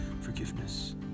forgiveness